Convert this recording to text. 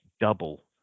double